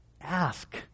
Ask